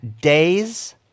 days